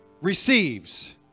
receives